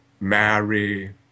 Mary